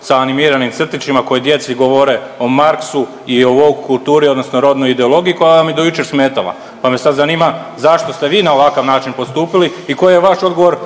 sa animiranim crtićima koji djeci govore o Marxu i o vouk kulturi odnosno rodnoj ideologiji koja vam je do jučer smetala, pa me sad zanima zašto ste vi na ovakav način postupili i koji je vaš odgovor